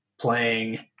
playing